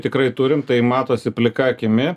tikrai turim tai matosi plika akimi